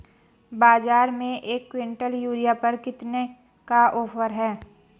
बाज़ार में एक किवंटल यूरिया पर कितने का ऑफ़र है?